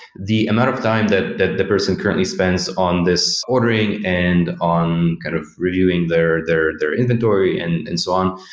the amount of time that the the person currently spends on this ordering and on kind of reviewing their their inventory and and so on,